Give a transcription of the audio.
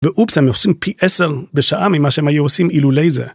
ואופס, הם עושים פי עשר בשעה ממה שהם היו עושים אילולי זה.